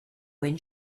when